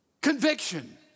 Conviction